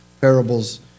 parables